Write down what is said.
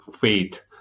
faith